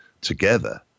together